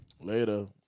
Later